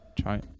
Try